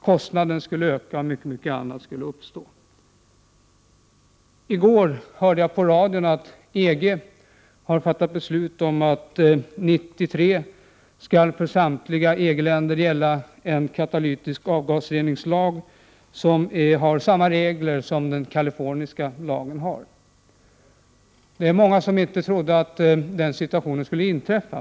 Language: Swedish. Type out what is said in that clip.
Kostnaderna skulle öka, och mycket annat skulle inträffa. I går hörde jag på radion att EG har fattat beslut om att 1993 skall för samtliga EG-länder gälla en lag om katalytisk avgasrening, med samma regler som den kaliforniska lagen har. Många trodde inte att den situationen skulle inträffa.